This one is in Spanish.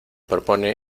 propone